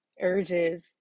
urges